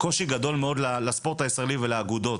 קושי גדול מאוד לספורט הישראלי ולאגודות.